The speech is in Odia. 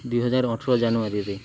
ଦୁଇ ହଜାର ଅଠର ଜାନୁଆରୀରେ